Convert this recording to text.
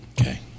Okay